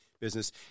business